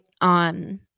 on